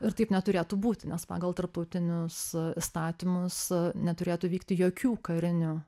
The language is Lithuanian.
ir taip neturėtų būti nes pagal tarptautinius įstatymus neturėtų vykti jokių karinių